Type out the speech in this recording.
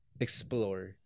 explore